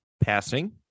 Passing